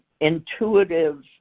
intuitive